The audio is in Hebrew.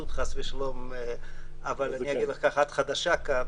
כהתנשאות חלילה, את חדשה כאן